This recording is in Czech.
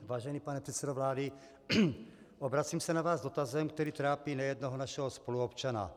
Vážený pane předsedo vlády, obracím se na vás s dotazem, který trápí nejednoho našeho spoluobčana.